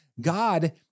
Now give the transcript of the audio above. God